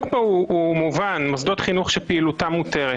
פה הוא מובן: מוסדות חינוך שפעילותם מותרת.